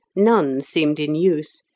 none seemed in use,